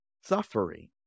Suffering